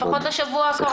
לפחות לשבוע הקרוב?